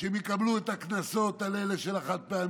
שהם יקבלו את הקנסות על אלה של החד-פעמי,